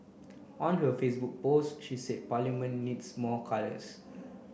on her Facebook post she said Parliament needs more colours